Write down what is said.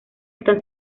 están